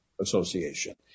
Association